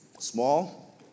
small